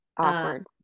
awkward